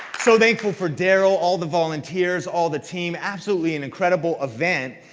so thankful for darrel, all the volunteers, all the team. absolutely an incredible event.